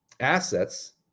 Assets